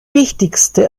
wichtigste